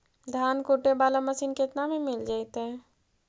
धान कुटे बाला मशीन केतना में मिल जइतै?